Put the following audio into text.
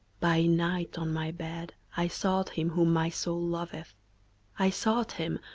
by night on my bed i sought him whom my soul loveth i sought him,